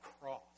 cross